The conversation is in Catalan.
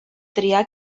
triar